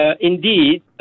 Indeed